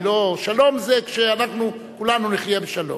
היא לא, שלום זה כשאנחנו, כולנו, נחיה בשלום.